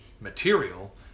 material